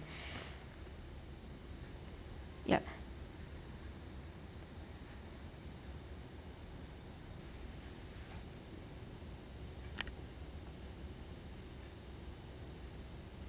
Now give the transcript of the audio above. yup